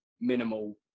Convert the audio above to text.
minimal